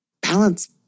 balance